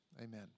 amen